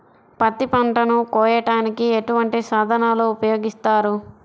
పత్తి పంటను కోయటానికి ఎటువంటి సాధనలు ఉపయోగిస్తారు?